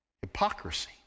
hypocrisy